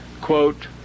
quote